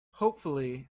hopefully